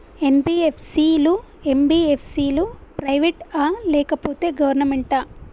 NBFC లు, MBFC లు private ఆ లేకపోతే గవర్నమెంటా?